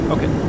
Okay